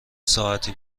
ساعتی